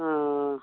ꯑꯥ